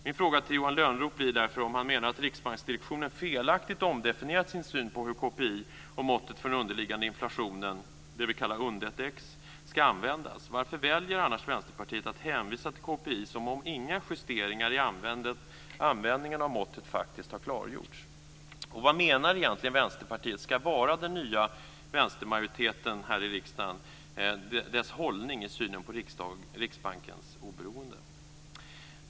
Min fråga till Johan Lönnroth blir därför om han menar att riksbanksdirektionen felaktigt har omdefinierat sin syn på hur KPI och måttet för den underliggande inflationen, det som vi kallar UND1X, ska användas. Varför väljer annars Vänsterpartiet att hänvisa till KPI som om inga justeringar i användningen av måttet faktiskt har klargjorts? Vad menar egentligen Vänsterpartiet ska vara den nya vänstermajoriteten i riksdagens hållning i synen på Riksbankens oberoende?